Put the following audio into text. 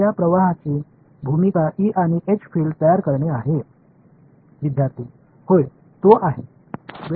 இந்த வகையான நாம் பயன்படுத்தும் இரண்டு முக்கிய ஈகியூவேளன்ஸ் கொள்கைகளின் முடிவுக்கு நம்மை அழைத்துச் செல்கிறது